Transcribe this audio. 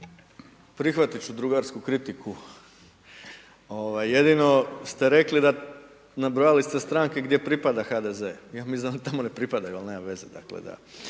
Prihvatit ću drugarsku kritiku, ovaj jedino ste rekli, nabrojali ste stranke gdje pripada HDZ, ja mislim da oni tamo ne pripadaju, ali nema veze,